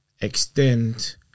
extend